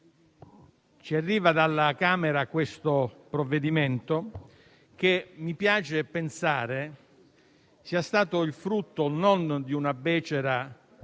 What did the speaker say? ci arriva dalla Camera questo provvedimento che mi piace pensare sia stato il frutto non di una becera